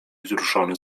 wzruszony